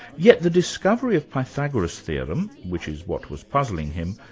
yet the discovery of pythagoras' theorem, which is what was puzzling him,